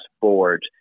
board